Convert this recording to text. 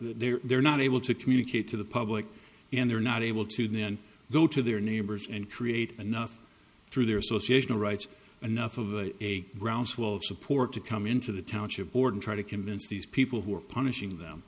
they're they're not able to communicate to the public and they're not able to then go to their neighbors and create enough through their associational rights anough of a groundswell of support to come into the township board and try to convince these people who are punishing them